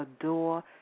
adore